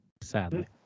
sadly